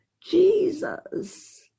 Jesus